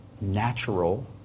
natural